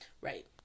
Right